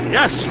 Yes